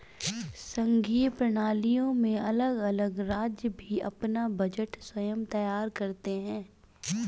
संघीय प्रणालियों में अलग अलग राज्य भी अपना बजट स्वयं तैयार करते हैं